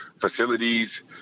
facilities